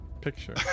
Picture